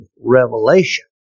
revelation